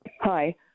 Hi